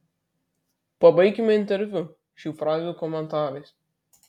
pabaikime interviu šių frazių komentarais